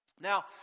Now